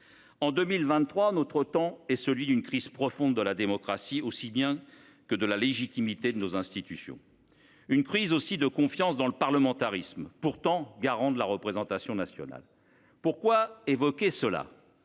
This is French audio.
En 2023, nous traversons une crise profonde de la démocratie aussi bien que de la légitimité de nos institutions. Nous traversons aussi une crise de confiance dans le parlementarisme, pourtant garant de la représentation nationale. Pourquoi évoquer cela ?